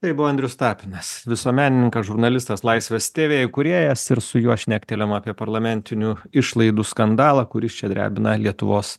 tai buvo andrius tapinas visuomenininkas žurnalistas laisvės tv įkūrėjas ir su juo šnektelėjom apie parlamentinių išlaidų skandalą kuris čia drebina lietuvos